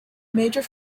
major